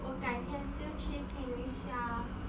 我改天就去听一下 lor